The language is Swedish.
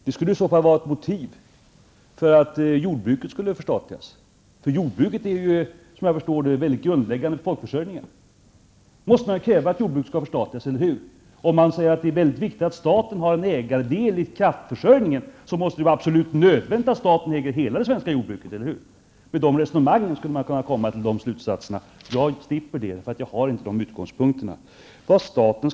Den skulle vara ett motiv för att jordbruket skulle förstatligas. Såvitt jag förstår är jordbruket grundläggande för folkförsörjningen. Då måste man väl kräva att jordbruket skall förstatligas, eller hur? Om man säger att det är viktigt att staten har en ägarandel i kraftförsörjningen, måste det vara absolut nödvändigt att staten äger hela det svenska jordbruket. Med det resonemanget skulle man kunna dra dessa slutsatser. Men det slipper jag, för jag har inte de utgångspunkterna. Herr talman!